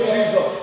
Jesus